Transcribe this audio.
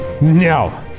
No